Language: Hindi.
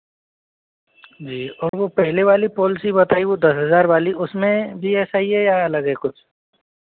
जी और वह पहले वाली पॉलिसी बताई है वह दस हज़ार वाली उसमें भी ऐसा ही है या अलग है कुछ